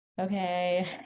okay